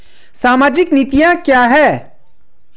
सामाजिक नीतियाँ क्या हैं?